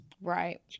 right